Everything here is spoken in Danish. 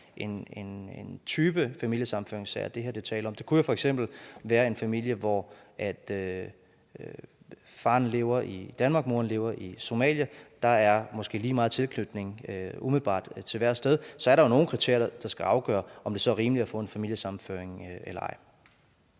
Det kunne f.eks. være en familie med en far, der lever i Danmark, og en mor, der lever i Somalia. Der er måske umiddelbart lige meget tilknytning til hvert sted. Så er der jo nogle kriterier, der skal afgøre, om det er rimeligt at få familiesammenføring eller ej.